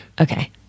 Okay